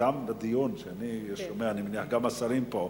גם בדיון שאני שומע, גם השרים פה,